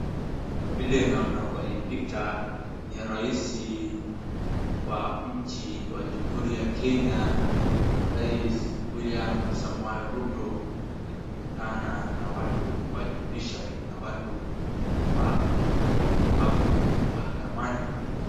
Kwa vile naona kwa hii picha ni Rais wa nchi wa Jumhuri wa Kenya Rais William Samoei Ruto akikutana na watu wa Judiciary na watu wa hapo mahakamani.